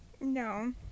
No